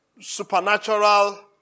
Supernatural